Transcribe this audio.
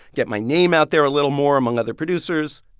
get my name out there a little more among other producers.